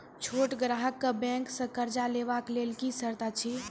छोट ग्राहक कअ बैंक सऽ कर्ज लेवाक लेल की सर्त अछि?